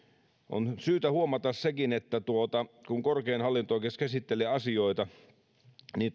on syytä huomata sekin että kun korkein hallinto oikeus käsittelee asioita niin